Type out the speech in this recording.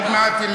עוד מעט,